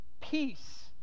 Peace